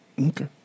Okay